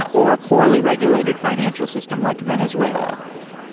ah or a poorly regulated financial system like venezuela,